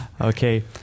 Okay